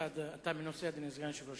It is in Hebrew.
אתה מנוסה, אדוני סגן היושב-ראש.